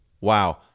Wow